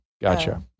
Gotcha